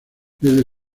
desde